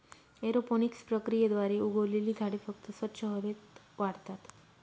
aeroponics प्रक्रियेद्वारे उगवलेली झाडे फक्त स्वच्छ हवेत वाढतात